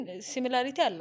similarity